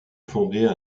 fonder